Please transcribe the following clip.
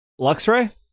Luxray